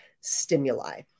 stimuli